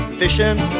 fishing